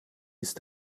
ist